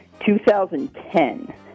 2010